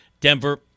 Denver